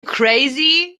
crazy